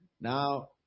Now